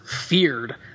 feared